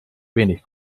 wenig